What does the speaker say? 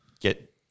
get